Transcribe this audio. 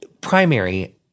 primary